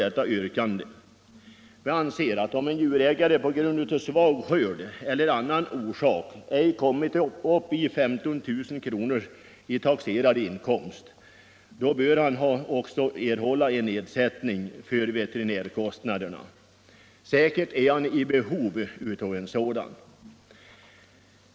Vi reservanter anser att om en djurägare på grund av dålig skörd eller av annan orsak inte kommit upp till 15 000 kr. i taxerad inkomst, 55 då bör han också erhålla ersättning för veterinärkostnaderna. Säkert är han i behov av en sådan.